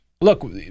Look